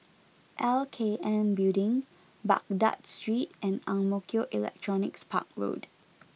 L K N Building Baghdad Street and Ang Mo Kio Electronics Park Road